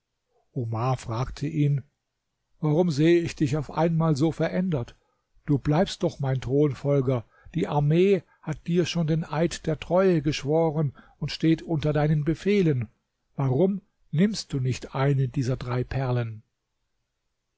omar fragte ihn warum sehe ich dich auf einmal so verändert du bleibst doch mein thronfolger die armee hat dir schon den eid der treue geschworen und steht unter deinen befehlen warum nimmst du nicht eine dieser drei perlen